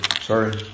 Sorry